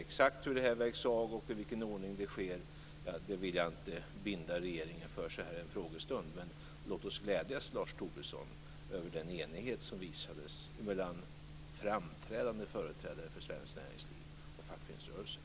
Exakt hur detta vägs av och i vilken ordning det sker vill jag inte binda regeringen för så här i en frågestund. Men låt oss glädjas, Lars Tobisson, över den enighet som visades från framträdande företrädare för svenskt näringsliv och fackföreningsrörelser.